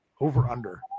over-under